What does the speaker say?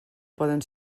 poden